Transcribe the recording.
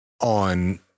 on